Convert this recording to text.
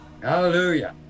Hallelujah